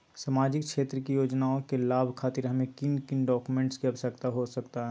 सामाजिक क्षेत्र की योजनाओं के लाभ खातिर हमें किन किन डॉक्यूमेंट की आवश्यकता हो सकता है?